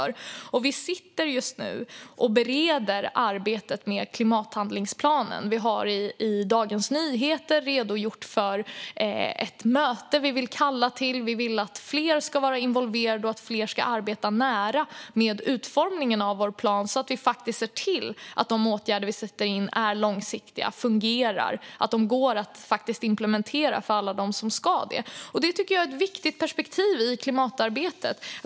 Svar på interpellationer Vi sitter just nu och bereder arbetet med klimathandlingsplanen. Vi har i Dagens Nyheter redogjort för ett möte som vi vill kalla till. Vi vill att fler ska vara involverade och att fler ska arbeta nära med utformningen av vår plan, så att vi faktiskt ser till att de åtgärder vi sätter in är långsiktiga och fungerar, att de går att implementera för alla som ska göra det. Det tycker jag är ett viktigt perspektiv i klimatarbetet.